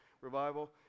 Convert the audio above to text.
revival